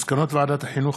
מסקנות ועדת החינוך,